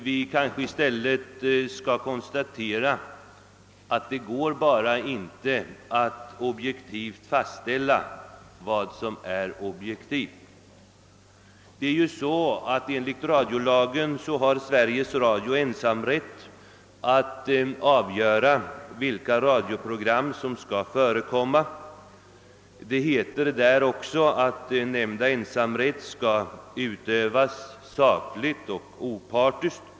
Vi kanske i stället bör konstatera att det inte går att objektivt fastställa vad som är objektivt. Enligt radiolagen har Sveriges Radio ensamrätt att avgöra vilka radioprogram som skall förekomma. I radiolagen heter det, att nämnda ensamrätt skall utövas sakligt och opartiskt.